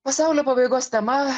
pasaulio pabaigos tema